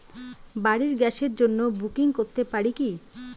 বাড়ির গ্যাসের জন্য বুকিং করতে পারি কি?